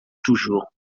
toujours